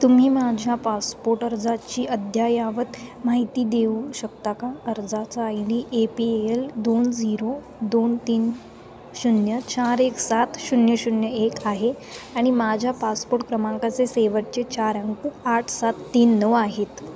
तुम्ही माझ्या पासपोट अर्जाची अद्ययावत माहिती देऊ शकता का अर्जाचा I D A P L दोन झीरो दोन तीन शून्य चार एक सात शून्य शून्य एक आहे आणि माझ्या पासपोट क्रमांकाचे शेवटचे चार अंक आठ सात तीन नऊ आहेत